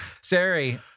Sari